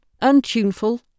untuneful